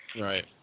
Right